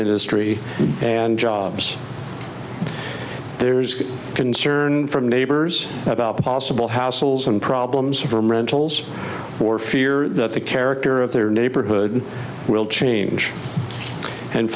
industry and jobs there's concern from neighbors about possible hassles and problems from rentals for fear that the character of their neighborhood will change and